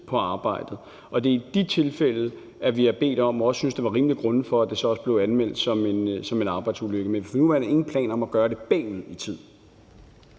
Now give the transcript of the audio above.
på arbejdet. Og det er i de tilfælde, vi har bedt om og også syntes, der var rimelig grund til, at det så også blev anmeldt som en arbejdsulykke. Men for nuværende er der ingen planer om at gøre det bagud i tid.